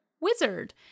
wizard